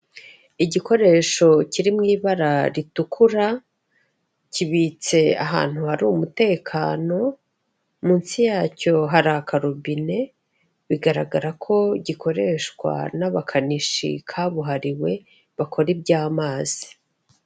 Igikoresho kiri mu ibara ritukura kibitse ahantu hari umutekano munsi yacyo hari akarobine bigaragara ko gikoreshwa n'abakanishi kabuhariwe bakora iby'amazi.